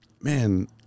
man